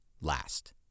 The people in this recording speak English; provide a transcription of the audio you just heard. last